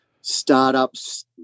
startups